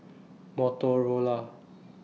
Motorola